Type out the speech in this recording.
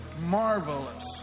marvelous